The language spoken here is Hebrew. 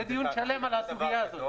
יהיה דיון שלם על הסוגיה הזאת.